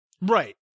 Right